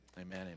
Amen